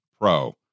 pro